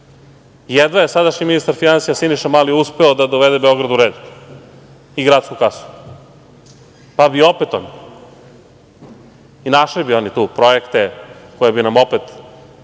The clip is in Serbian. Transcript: Jedva je sadašnji ministar finansija Siniša Mali uspeo da dovede Beograd u red i gradsku kasu, pa bi opet oni i našli bi oni tu projekte koje bi nam opet